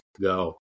go